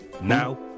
now